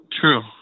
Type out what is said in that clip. True